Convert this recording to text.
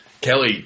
Kelly